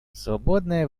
свободное